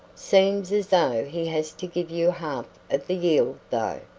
seems as though he has to give you half of the yield, though.